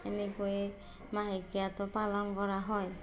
এনেকৈয়ে মাহেকীয়াটো পালন কৰা হয়